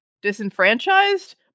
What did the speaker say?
disenfranchised